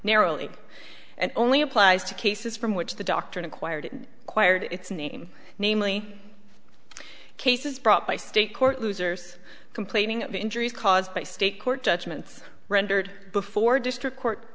narrowly and only applies to cases from which the doctrine acquired acquired its name namely cases brought by state court losers complaining of injuries caused by state court judgments rendered before district court